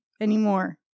anymore